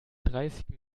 dreißig